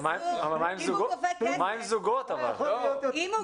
אם הוא